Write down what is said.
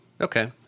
Okay